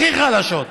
הכי חלשות,